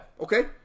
Okay